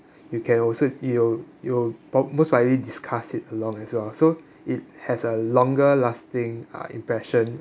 you can also you'll you'll prob~ most likely discuss it along as well so it has a longer lasting uh impression